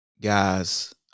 guys